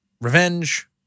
revenge